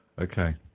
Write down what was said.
Okay